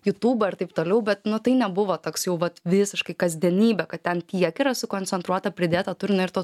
jutūbą ir taip toliau bet nu tai nebuvo toks jau vat visiškai kasdienybė kad ten tiek yra sukoncentruota pridėta turinio ir to